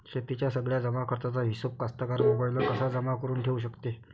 शेतीच्या सगळ्या जमाखर्चाचा हिशोब कास्तकार मोबाईलवर कसा जमा करुन ठेऊ शकते?